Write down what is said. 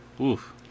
Oof